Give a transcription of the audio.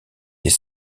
les